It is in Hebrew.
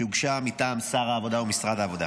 שהוגשה מטעם שר העבודה ומשרד העבודה.